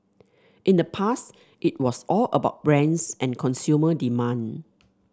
in the past it was all about brands and consumer demand